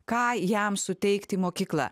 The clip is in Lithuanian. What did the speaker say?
ką jam suteikti mokykla